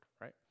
right